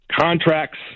contracts